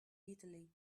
italy